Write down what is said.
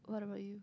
what about you